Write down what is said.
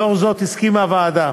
לאור זאת הסכימה הוועדה